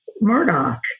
Murdoch